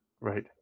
Right